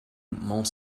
mont